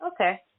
Okay